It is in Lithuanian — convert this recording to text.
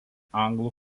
anglų